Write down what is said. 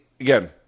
Again